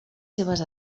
seves